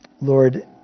Lord